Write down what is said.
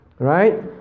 Right